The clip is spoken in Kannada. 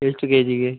ಎಷ್ಟು ಕೆ ಜಿಗೆ